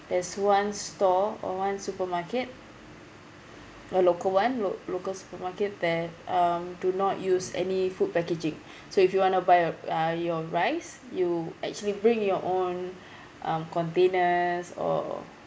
there's one store or one supermarket the local one lo~ local supermarket there um do not use any food packaging so if you want to buy a uh your rice you actually bring your own um containers or